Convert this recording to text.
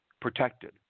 protected